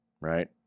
right